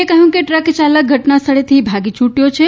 એ કહ્યું કે ટ્રકચાલાક ઘટનાસ્થળેથી ભાગી છુટ્યો છે